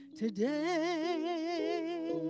today